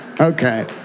Okay